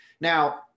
now